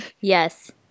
Yes